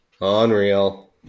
Unreal